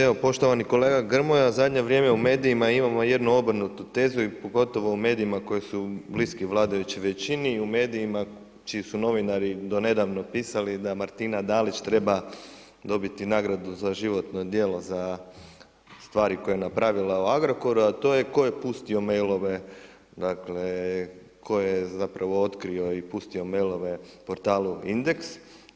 Evo, poštovani kolega Grmoja, zadnje vrijeme u medijima imamo jednu obrnutu tezu i pogotovo u medijima koji su bliski vladajućoj većini i u medijima čiji su novinari do nedavno pisali da Martina Dalić treba dobiti nagradu za životno djelo za stvari koje je napravila u Agrokoru, a to je tko je pustio mail-ove dakle, tko je zapravo otkrio i pustio mail-ove portalu Indeks.